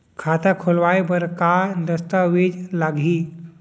खाता खोलवाय बर का का दस्तावेज लागही?